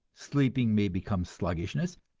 sleeping may become sluggishness,